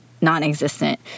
non-existent